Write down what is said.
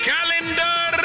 Calendar